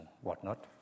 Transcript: whatnot